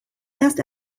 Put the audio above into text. erst